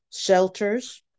shelters